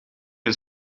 een